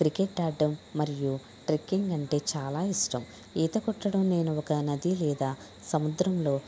cricket ఆడడం మరియు trekking అంటే చాలా ఇష్టం ఈత కొట్టడం నేను ఒక నది లేదా సముద్రంలో